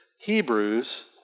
Hebrews